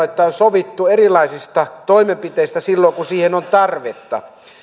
että on sovittu erilaisista toimenpiteistä silloin kun siihen on ollut tarvetta